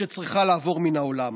שצריכה לעבור מן העולם.